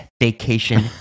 vacation